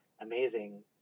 amazing